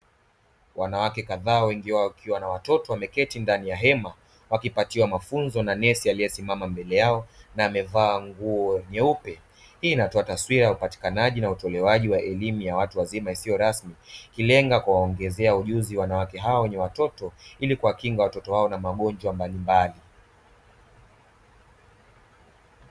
Wanawake kadhaa wengi wao wakiwa na watoto wameketi ndani ya hema wakipatiwa mafunzo na nesi aliyesimama mbele yao na amevaa nguo nyeupe. Hii inatoa taswira ya upatikanaji na utolewaji wa elimu ya watu wazima isiyo rasmi, ikilenga kuwaongezea ujuzi wanawake hawa wenye watoto ili kuwakinga watoto wao na magonjwa mbalimbali.